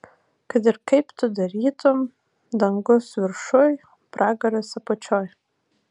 kad ir kaip tu darytum dangus viršuj pragaras apačioj